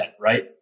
right